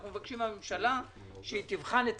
ההחלטה היא בידיים של הממשלה,